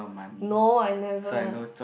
no I never